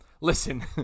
Listen